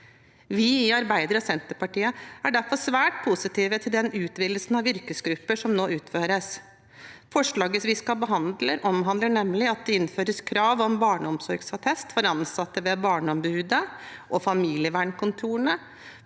Vi i Arbeiderpartiet og Senterpartiet er derfor svært positive til den utvidelsen av yrkesgrupper som nå innføres. Forslaget som vi skal behandle, omhandler nemlig at det innføres krav om barneomsorgsattest for ansatte ved Barneombudet og familievernkontorene,